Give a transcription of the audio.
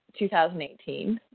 2018